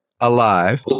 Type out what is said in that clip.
alive